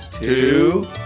two